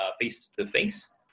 face-to-face